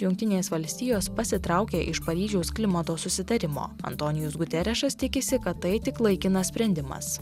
jungtinės valstijos pasitraukė iš paryžiaus klimato susitarimo antonijus guterišas tikisi kad tai tik laikinas sprendimas